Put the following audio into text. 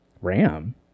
Ram